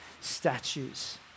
statues